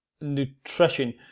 nutrition